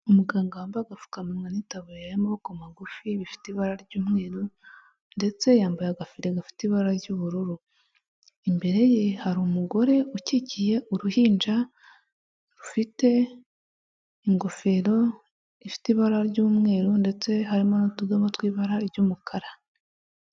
Umuganga wambaye agapfukamuwa n'itaburiya y'amaboko magufi bifite ibara ry'umweru ndetse yambaye agafire gafite ibara ry'ubururu, imbere ye hari umugore ukikiye uruhinja rufite ingofero ifite ibara ry'umweru ndetse harimo n'utudomo tw'ibara ry'umukara.